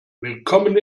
willkommen